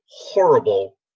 horrible